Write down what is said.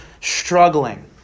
struggling